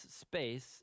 space